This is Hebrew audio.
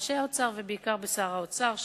באנשי האוצר ובעיקר בשר האוצר,